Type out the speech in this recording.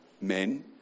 men